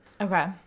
Okay